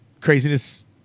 craziness